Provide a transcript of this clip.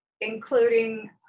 including